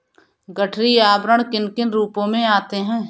गठरी आवरण किन किन रूपों में आते हैं?